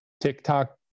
TikTok